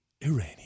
Iranian